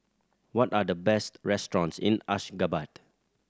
what are the best restaurants in Ashgabat